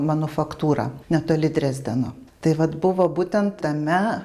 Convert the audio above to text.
manufaktūra netoli drezdeno taip vat buvo būtent tame